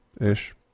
ish